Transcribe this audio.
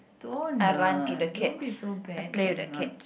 don't uh don't be so bad can or not